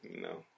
No